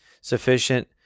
sufficient